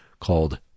called